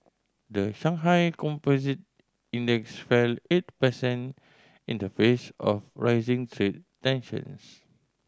the Shanghai Composite Index fell eight percent in the face of rising trade tensions